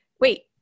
wait